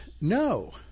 no